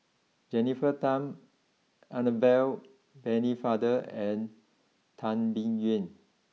Jennifer Tham Annabel Pennefather and Tan Biyun